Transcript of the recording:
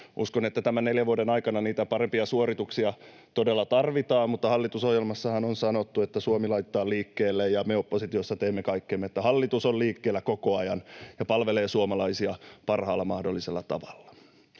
Uskon, että tämän neljän vuoden aikana niitä parempia suorituksia todella tarvitaan, mutta hallitusohjelmassahan on sanottu, että Suomi laitetaan liikkeelle, ja me oppositiossa teemme kaikkemme, että hallitus on liikkeellä koko ajan ja palvelee suomalaisia parhaalla mahdollisella tavalla.